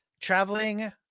traveling